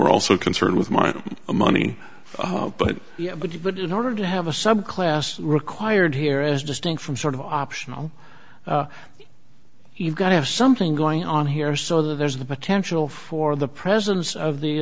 are also concerned with my money but yeah but but in order to have a subclass required here as distinct from sort of optional you've got to have something going on here so that there's the potential for the presence of the